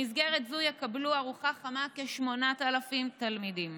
במסגרת זו יקבלו ארוחה חמה כ-8,000 תלמידים.